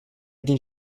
din